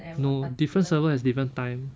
no different server has different time